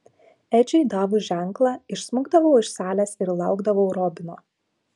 edžiui davus ženklą išsmukdavau iš salės ir laukdavau robino